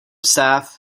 staff